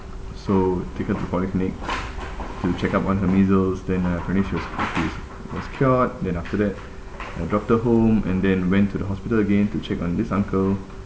so taken to polyclinic to check up on her measles than uh finish her she's is cured then after that I dropped her home and then went to the hospital again to check on this uncle